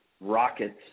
rockets